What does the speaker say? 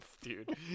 dude